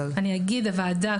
הוועדה,